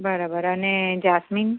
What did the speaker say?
બરાબર અને જાસમીન